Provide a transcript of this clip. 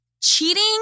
cheating